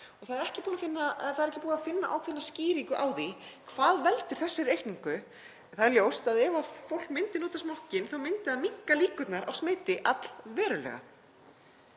Það er ekki búið að finna ákveðna skýringu á því hvað veldur þessari aukningu en það er ljóst að ef fólk myndi nota smokkinn myndi það minnka líkurnar á smiti allverulega.